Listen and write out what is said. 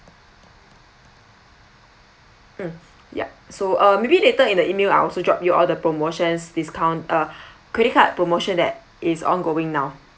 mm ya so uh maybe later in the email I'll also drop you all the promotions discounts uh credit card promotions that is ongoing now